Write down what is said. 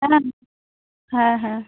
হ্যাঁ হ্যাঁ হ্যাঁ